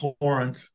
torrent